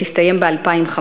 שתסתיים ב-2015,